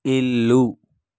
ఇల్లు